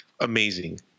amazing